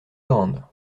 grandes